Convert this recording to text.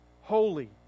holy